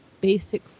basic